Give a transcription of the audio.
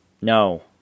No